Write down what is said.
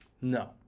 No